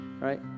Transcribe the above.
Right